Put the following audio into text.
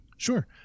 Sure